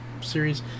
series